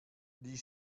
die